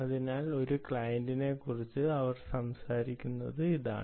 അതിനാൽ ഒരു ക്ലയന്റിനെക്കുറിച്ച് അവർ സംസാരിക്കുന്നത് ഇതാണ്